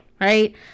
right